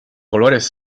colores